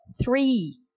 three